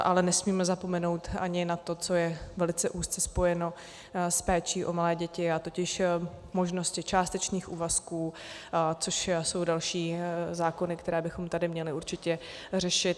Ale nesmíme zapomenout ani na to, co je velice úzce spojeno s péčí o malé děti, a totiž možnosti částečných úvazků, což jsou další zákony, které bychom tady měli určitě řešit.